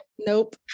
nope